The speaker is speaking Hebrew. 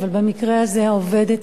אבל במקרה הזה העובדת,